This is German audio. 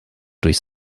durch